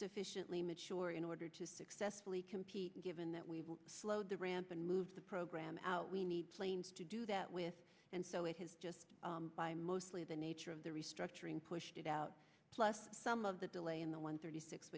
sufficiently mature in order to successfully compete given that we've slowed the ramp and move the program out we need planes to do that with and so it has just mostly the nature of the restructuring pushed it out some of the delay in the one thirty six